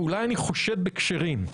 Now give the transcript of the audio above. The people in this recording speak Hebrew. ואולי אני חושד בכשרים,